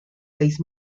seis